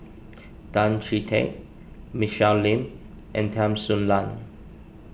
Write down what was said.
Tan Chee Teck Michelle Lim and Tan Soo Nan